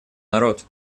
народ